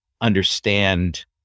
understand